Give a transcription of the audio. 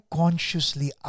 consciously